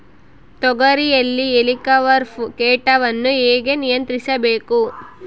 ತೋಗರಿಯಲ್ಲಿ ಹೇಲಿಕವರ್ಪ ಕೇಟವನ್ನು ಹೇಗೆ ನಿಯಂತ್ರಿಸಬೇಕು?